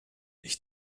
ich